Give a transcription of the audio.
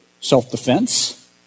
self-defense